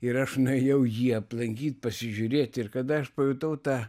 ir aš nuėjau jį aplankyt pasižiūrėti ir kada aš pajutau tą